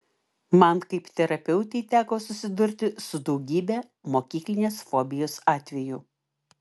man kaip terapeutei teko susidurti su daugybe mokyklinės fobijos atvejų